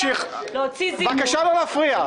בבקשה לא להפריע.